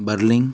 Berlin